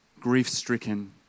grief-stricken